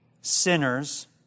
sinners